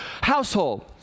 household